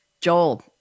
Joel